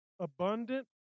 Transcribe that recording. abundant